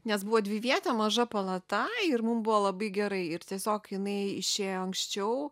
nes buvo dvivietė maža palata ir mum buvo labai gerai ir tiesiog jinai išėjo anksčiau